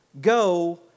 Go